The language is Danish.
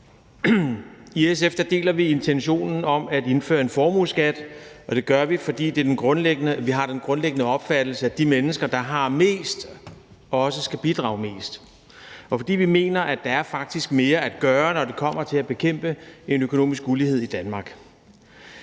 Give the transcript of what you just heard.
I SF deler vi intentionen om at indføre en formueskat, og det gør vi, fordi vi har den grundlæggende opfattelse, at de mennesker, der har mest, også skal bidrage mest, og fordi vi mener, at der faktisk er mere at gøre, når det kommer til at bekæmpe en økonomisk ulighed i Danmark.